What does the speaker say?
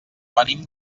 venim